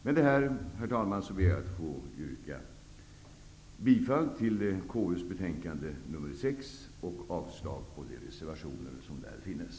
Med detta ber jag att få yrka bifall till konstitutionsutskottets hemställan i betänkandet nr